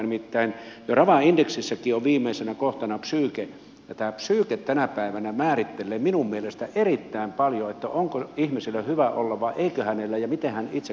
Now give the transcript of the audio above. nimittäin jo rava indeksissäkin on viimeisenä kohtana psyyke ja psyyke tänä päivänä määrittelee minun mielestäni erittäin paljon onko ihmisellä hyvä olla vai eikö hänellä ole ja miten hän itse kokee hyvinvointinsa